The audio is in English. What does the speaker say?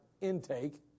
intake